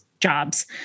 jobs